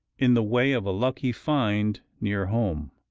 in the way of a lucky find near home,